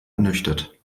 ernüchtert